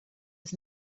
was